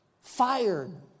fired